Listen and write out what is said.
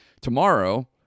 tomorrow